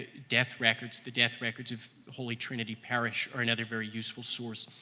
death records, the death records of holy trinity parish are another very useful source,